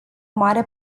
mare